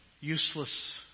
useless